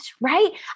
right